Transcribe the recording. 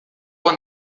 con